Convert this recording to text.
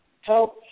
help